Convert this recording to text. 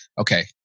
okay